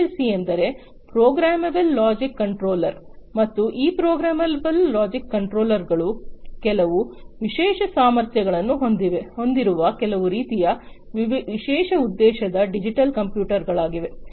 PLC ಎಂದರೆ programmable logic controller ಮತ್ತು ಈ ಪ್ರೊಗ್ರಾಮೆಬಲ್ ಲಾಜಿಕ್ ಕಂಟ್ರೋಲರ್ಗಳು ಕೆಲವು ವಿಶೇಷ ಸಾಮರ್ಥ್ಯಗಳನ್ನು ಹೊಂದಿರುವ ಕೆಲವು ರೀತಿಯ ವಿಶೇಷ ಉದ್ದೇಶದ ಡಿಜಿಟಲ್ ಕಂಪ್ಯೂಟರ್ಗಳಾಗಿವೆ